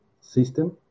system